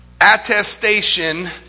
attestation